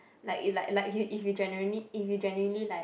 like if you generally if you generally like